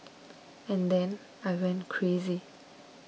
and then I went crazy